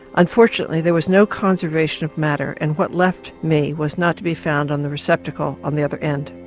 unfortunately there was no conservation of matter and what left me was not to be found on the receptacle on the other end.